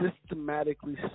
systematically